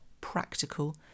practical